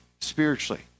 spiritually